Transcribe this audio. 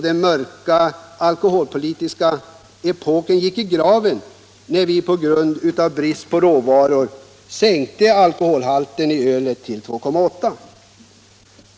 Denna mörka alkoholpolitiska epok gick i graven när vi på grund av brist på råvaror sänkte alkoholhalten i ölet till 2,8 96.